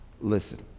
listen